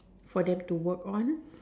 for that to work on